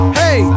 hey